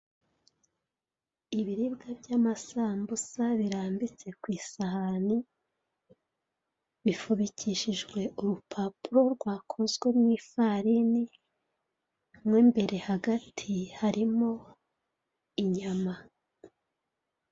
Ibiribwa by'amasambusa birambitse ku isahani, bifubikishije urupapuro rwakozwe mu ifarini, mo imbere hagati harimo inyama.